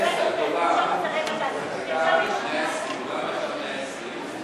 כנסת הגדולה הייתה של 120. למה 120?